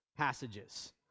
passages